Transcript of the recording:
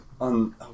on